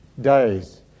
days